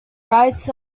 writes